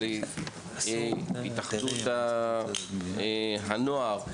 של התאחדות הנוער,